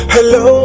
Hello